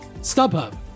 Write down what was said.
StubHub